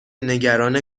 نگران